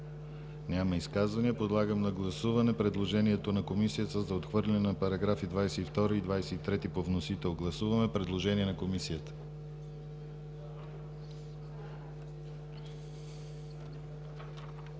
Няма. Подлагам на гласуване предложението на Комисията за отхвърляне на параграфи 22 и 23 по вносител. Гласуваме предложение на Комисията.